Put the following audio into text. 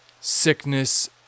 sickness